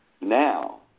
Now